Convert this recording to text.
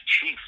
chief